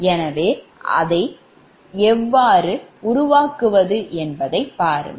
எனவே அதை எவ்வாறு உருவாக்குவது என்பதைப் பாருங்கள்